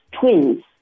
twins